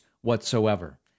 whatsoever